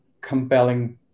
compelling